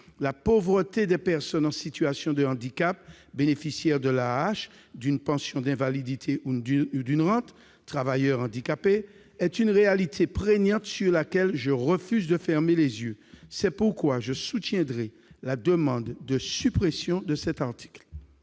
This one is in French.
La pauvreté des personnes en situation de handicap, des bénéficiaires de l'AAH, d'une pension d'invalidité ou d'une rente, ou encore des travailleurs handicapés est une réalité prégnante sur laquelle je refuse de fermer les yeux. C'est pourquoi je soutiendrai la demande de suppression de cet article.